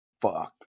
fuck